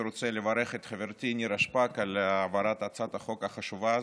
אני רוצה לברך את חברתי נירה שפק על העברת הצעת החוק החשובה הזאת.